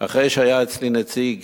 אחרי שהיה אצלי נציג